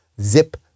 zip